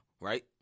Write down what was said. right